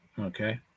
Okay